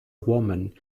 woman